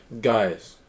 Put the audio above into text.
Guys